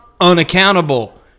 unaccountable